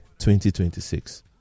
2026